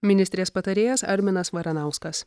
ministrės patarėjas arminas varanauskas